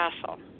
castle